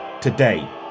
today